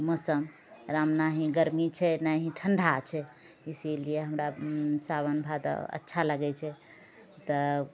मौसम एकरामे नहि गर्मी छै नहि ठण्डा छै इसीलिए हमरा सावन भादो अच्छा लागै छै तऽ